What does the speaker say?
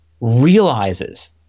realizes